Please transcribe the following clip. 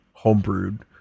homebrewed